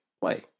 play